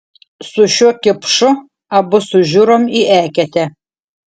su šituo kipšu abu sužiurom į eketę